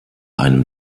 einem